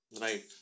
Right